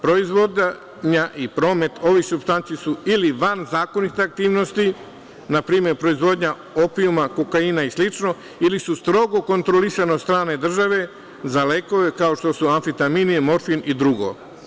Proizvodnja i promet ovih supstanci su ili van zakonite aktivnosti, na primer proizvodnja opijuma, kokaina i slično, ili su strogo kontrolisana od strane države za lekove kao što su amfetamini, morfin i drugo.